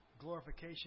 glorification